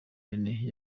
rene